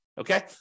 okay